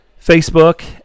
Facebook